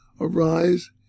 arise